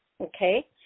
Okay